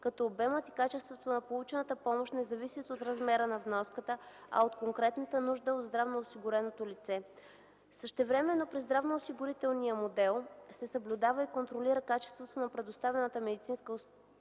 като обемът и качеството на получената помощ не зависят от размера на вноската, а от конкретната нужда на здравноосигуреното лице. Същевременно при здравноосигурителния модел се съблюдава и контролира качеството на предоставяната медицинска услуга